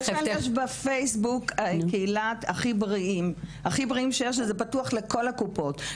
למשל יש בפייסבוק קהילת "הכי בריאים שיש" וזה פתוח לכל הקופות.